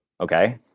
Okay